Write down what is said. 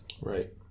Right